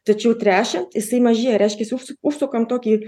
tačiau tręšiant jisai mažėja reiškias užsu užsukam tokį